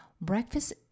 breakfast